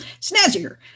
snazzier